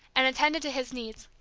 and attended to his needs,